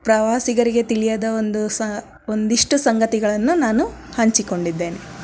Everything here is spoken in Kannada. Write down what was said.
ಪ್ರವಾಸಿಗರಿಗೆ ತಿಳಿಯದ ಒಂದು ಒಂದಿಷ್ಟು ಸಂಗತಿಗಳನ್ನು ನಾನು ಹಂಚಿಕೊಂಡಿದ್ದೇನೆ